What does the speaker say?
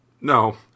no